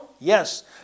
yes